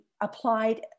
applied